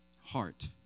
heart